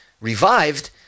revived